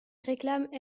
réclament